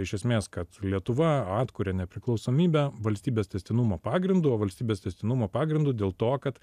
iš esmės kad lietuva atkuria nepriklausomybę valstybės tęstinumo pagrindu o valstybės tęstinumo pagrindu dėl to kad